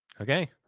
okay